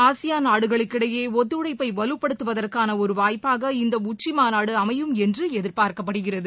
ASEAN நாடுகளுக்கிடையேஒத்துழைப்பைவலுப்படுத்துவதற்கானஒருவாய்ப்பாக இந்தஉச்சிமாநாடுஅமையும் என்றுஎதிர்பார்க்கப்படுகிறது